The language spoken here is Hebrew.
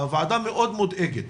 הוועדה מאוד מודאגת